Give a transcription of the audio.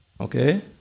Okay